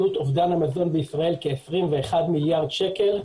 עלות אובדן המזון בישראל, כ-21 מיליארד שקלים,